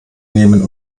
nehmen